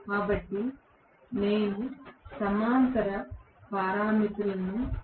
కాబట్టి నేను సమాంతర పారామితులను నిర్ణయించగలను